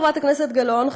חברת הכנסת גלאון,